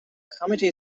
committee